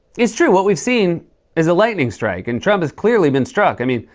it's true. what we've seen is a lightning strike. and trump has clearly been struck. i mean,